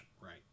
right